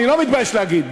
אני לא מתבייש להגיד,